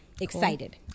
Excited